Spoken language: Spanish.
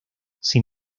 sin